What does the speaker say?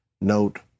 Note